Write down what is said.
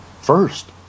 first